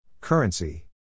Currency